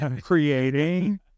creating